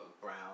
Brown